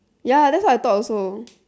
ya that's what I thought also